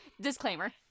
disclaimer